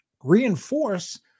reinforce